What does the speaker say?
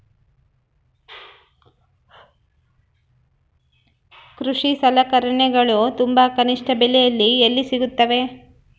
ಕೃಷಿ ಸಲಕರಣಿಗಳು ತುಂಬಾ ಕನಿಷ್ಠ ಬೆಲೆಯಲ್ಲಿ ಎಲ್ಲಿ ಸಿಗುತ್ತವೆ?